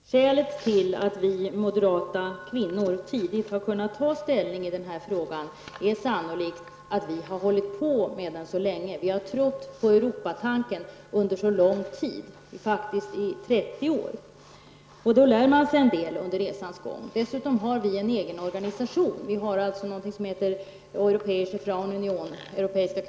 Fru talman! Skälet till att vi moderata kvinnor tidigt har kunnat ta ställning i denna fråga är sannolikt att vi har hållit på med den så länge. Vi har trott på Europatanken under så lång tid, faktiskt i 30 år. Man lär sig en del under resans gång. Dessutom har vi en egen organisation, Europa, så att säga.